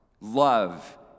Love